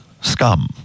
scum